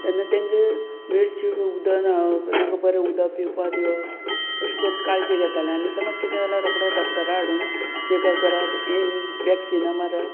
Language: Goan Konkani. तेन्ना तांकां विडचे उदक न्हांणप तांकां बरें उदक पिवपा दिवप अशें करून काळजी घेतालें आनी समज कितें जाल्यार रोकडो डॉक्टरा हाडून चॅकअप करप हें वॅक्सिनां मारप